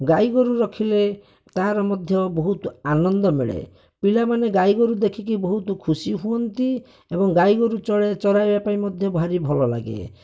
ଗାଈଗୋରୁ ରଖିଲେ ତାହାର ମଧ୍ୟ ବହୁତ ଆନନ୍ଦ ମିଳେ ପିଲାମାନେ ଗାଈଗୋରୁ ଦେଖିକି ବହୁତ ଖୁସି ହୁଅନ୍ତି ଏବଂ ଗାଈଗୋରୁ ଚରା ଚରାଇବାପାଇଁ ମଧ୍ୟ ଭାରି ଭଲଲାଗେ